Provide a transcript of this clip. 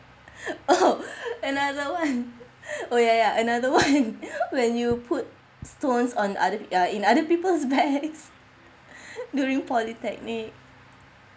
oh another one oh ya ya another one when you put stones on other uh in other people's bags during polytechnic